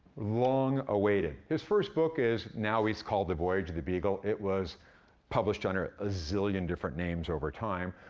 long awaited. his first book is now, it's called the voyage of the beagle. it was published under a zillion different names over time,